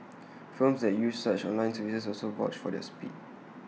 firms that use such online services also vouch for their speed